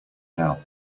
now